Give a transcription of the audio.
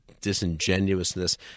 disingenuousness